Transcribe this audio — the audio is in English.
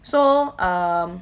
so um